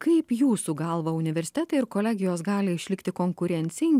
kaip jūsų galva universitetai ir kolegijos gali išlikti konkurencingi